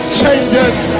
changes